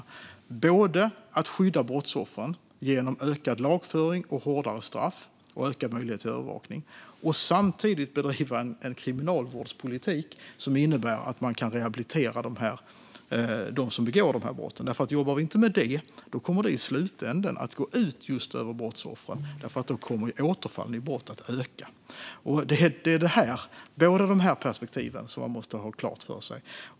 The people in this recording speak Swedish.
Vi måste både skydda brottsoffren genom ökad lagföring, hårdare straff och ökad möjlighet till övervakning och bedriva en kriminalvårdspolitik som innebär att man kan rehabilitera dem som begår de här brotten. Om vi inte jobbar med det kommer det i slutänden att gå ut över brottsoffren eftersom återfallen i brott kommer att öka. Man måste ha båda de perspektiven klara för sig.